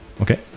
Okay